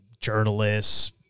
journalists